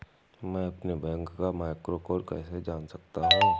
मैं अपने बैंक का मैक्रो कोड कैसे जान सकता हूँ?